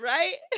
Right